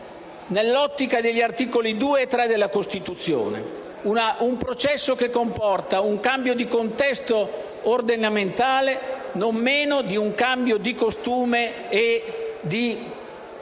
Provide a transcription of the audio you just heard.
nell'ottica degli articoli 2 e 3 della Costituzione. Si tratta di un processo che comporta un cambio di contesto ordinamentale non meno di un cambio di costume e di